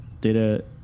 Data